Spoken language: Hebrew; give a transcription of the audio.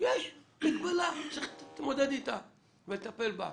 יש מגבלה, צריך להתמודד איתה ולטפל בה.